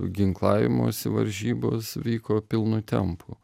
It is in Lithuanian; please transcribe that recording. ginklavimosi varžybos vyko pilnu tempu